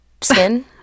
Skin